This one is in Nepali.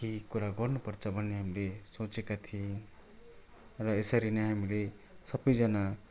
केही कुरा गर्नुपर्छ भन्ने हामीले सोचेका थियौँ र यसरी नै हामीले सबैजना